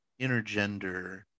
intergender